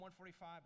145